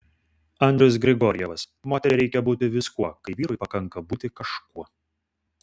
andrius grigorjevas moteriai reikia būti viskuo kai vyrui pakanka būti kažkuo